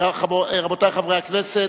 רבותי חברי הכנסת,